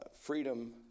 freedom